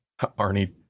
Arnie